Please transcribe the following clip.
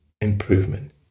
improvement